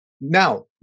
Now